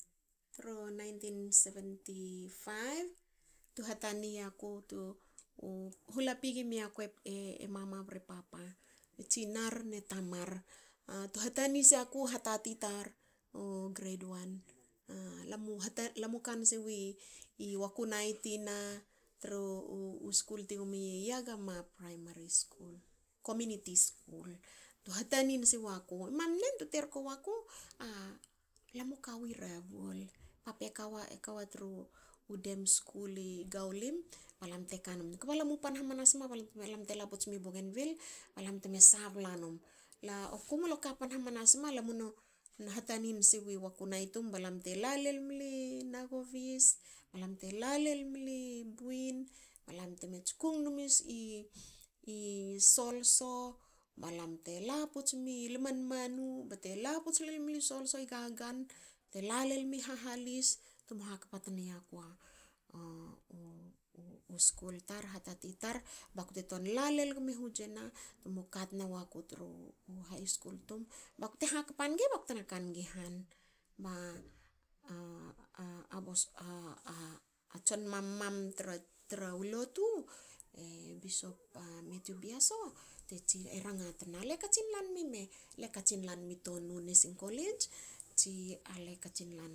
Tru nineteen seventy five. tu hatani yaku tu hola pigi miaku e mama bre papa. tsinar ne tamar tu hatani siaku hatati tar u grade one. Lamu kansiwi wakunai tina tru skul ti gmi i yagama praimari skul. kominiti skul. Tu hataninsi waku imam nen tu terko waku alamu kawi rabol. pape kawa tru dem skul i gaulim balam te kanum kba lamu u pan hmanasma balam te la puts mi bogenville. balam tme sabla num. Aku mlo kapan hmanasma lamu na hataninsi wi wakunai tum balam te lalol mli nagovis balam te lalol mli buin. balam tme tskun num i solso. balam te laputs mi lmanmanu. laputs lol mli solso i gagan. bte lalolmi hahalis. tu hakpa tni yaku u skul tar hatati tar bakte ton lalol gmi hutjena. tumu katna waku tru u hais skul tum bakte hakpa ngi baktena kangi han. Ba a a boss a tson mam mam tru lotu e bishop mathew beaso. tsi e rangatna le katsin lanmime? Le katsin lanmi nesing kolits? Tsi ale katsin lan